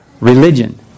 religion